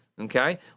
okay